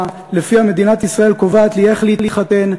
שבה מדינת ישראל קובעת לי איך להתחתן,